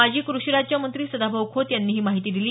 माजी क्रषीराज्य मंत्री सदाभाऊ खोत यांनी ही माहिती दिली